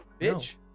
bitch